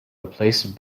replace